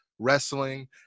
wrestling